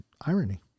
irony